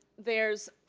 there's,